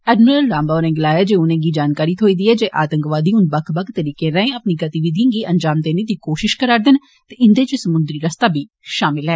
admiral Lamba होरें गलाया जे उनें गी जानकारी थ्होई ऐ जे आतंकवादी हुन बक्ख बक्ख तरीकें राएं अपनी गतिविधिएं गी अंजाम देने दी कोषिष च न इन्दे च समुन्द्री रस्ता बी षामल ऐ